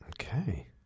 okay